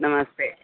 नमस्ते